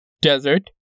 Desert